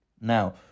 Now